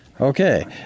Okay